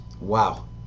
Wow